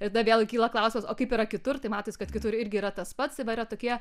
tada vėl kyla klausimas o kaip yra kitur tai matosi kad kitur irgi yra tas pats ir yra va tokie